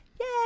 Yay